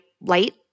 light